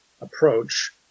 approach